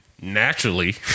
naturally